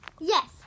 Yes